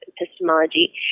epistemology